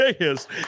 yes